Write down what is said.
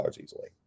easily